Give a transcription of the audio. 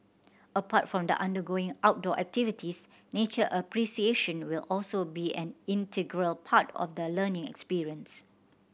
apart from the undergoing outdoor activities nature appreciation will also be an integral part of the learning experience